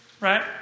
Right